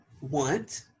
want